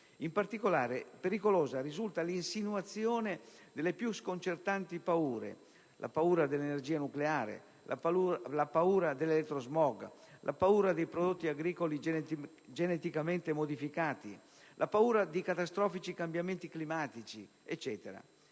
In particolare, pericolosa risulta l'insinuazione delle più sconcertanti paure: la paura dell'energia nucleare, la paura dell'elettrosmog, la paura dei prodotti agricoli geneticamente modificati, la paura di catastrofici cambiamenti climatici,